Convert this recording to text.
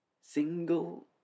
Single